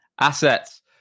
assets